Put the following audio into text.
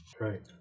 right